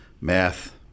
math